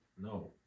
No